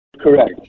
Correct